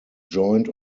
joined